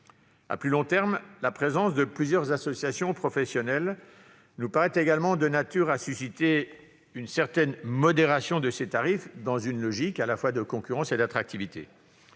À plus long terme, la présence de plusieurs associations professionnelles nous paraît également de nature à susciter une modération de ces tarifs, dans une logique à la fois de concurrence et d'attractivité.